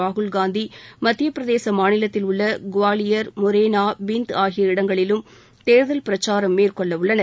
ராகுல்காந்தி மத்தியப் பிரதேச மாநிலத்தில் உள்ள குவாலியர் மொரேனா பிந்த் ஆகிய இடங்களிலும் தேர்தல் பிரச்சாரம் மேற்கொள்ளவுள்ளனர்